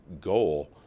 goal